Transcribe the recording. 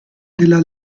della